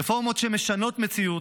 רפורמות שמשנות מציאות,